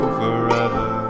forever